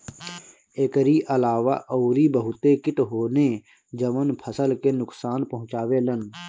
एकरी अलावा अउरी बहते किट होने जवन फसल के नुकसान पहुंचावे लन